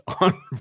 on